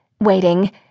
waiting